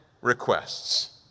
requests